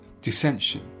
dissension